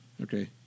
Okay